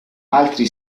altri